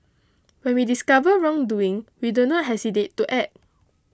when we discover wrongdoing we do not hesitate to act